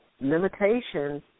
limitations